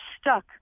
stuck